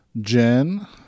Jen